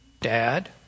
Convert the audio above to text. Dad